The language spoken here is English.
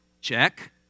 Check